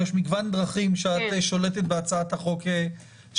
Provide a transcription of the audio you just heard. יש מגוון דרכים של שליטה שלך בהצעת החוק שהגשת.